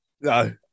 No